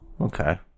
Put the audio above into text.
Okay